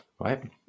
right